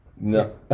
No